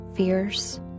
fears